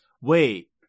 Wait